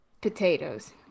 Potatoes